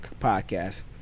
podcast